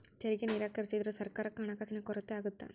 ತೆರಿಗೆ ನಿರಾಕರಿಸಿದ್ರ ಸರ್ಕಾರಕ್ಕ ಹಣಕಾಸಿನ ಕೊರತೆ ಆಗತ್ತಾ